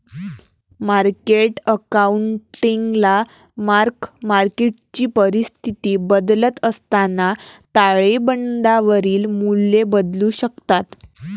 market अकाउंटिंगला mark मार्केटची परिस्थिती बदलत असताना ताळेबंदावरील मूल्ये बदलू शकतात